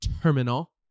terminal